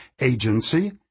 agency